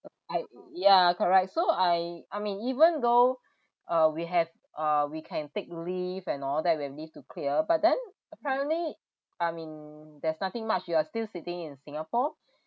I ya correct so I I mean even though uh we have uh we can take leave and all that we have leave to clear but then apparently I mean there's nothing much you are still sitting in singapore